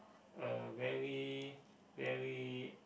a very very